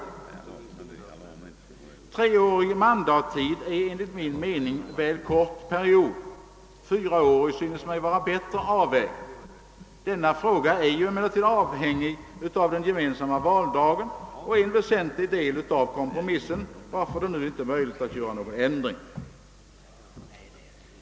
En treårig mandattid är enligt min mening en väl kort period. En tid av fyra år synes mig bättre avvägd. Denna fråga är emellertid avhängig av den gemensamma valdagen och utgör en väsentlig del av kompromissen, varför det inte är möjligt att företa någon ändring nu.